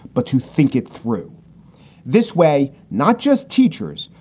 but to think it through this way, not just teachers,